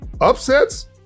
Upsets